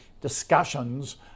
discussions